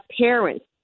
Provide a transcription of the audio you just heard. parents